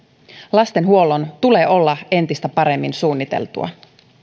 lastenhuollon tulee olla entistä paremmin suunniteltua